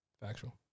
Factual